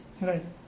Right